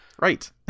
Right